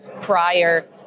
prior